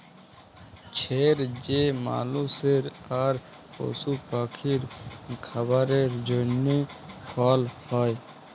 ছের যে মালুসের আর পশু পাখির খাবারের জ্যনহে ফল হ্যয়